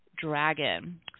dragon